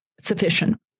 sufficient